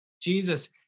Jesus